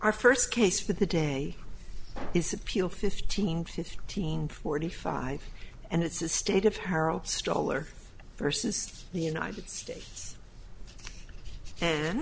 our first case for the day is appeal fifteen fifteen forty five and it's a state of her staller versus the united states